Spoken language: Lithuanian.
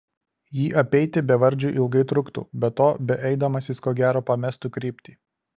jį apeiti bevardžiui ilgai truktų be to beeidamas jis ko gero pamestų kryptį